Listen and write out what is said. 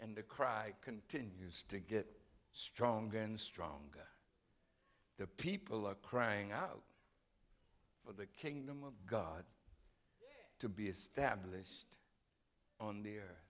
and the cry continues to get stronger and stronger the people are crying out for the kingdom of god to be established on their